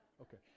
Okay